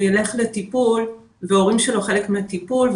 ילך לטיפול וההורים שלו חלק מהטיפול,